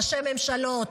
ראשי ממשלה.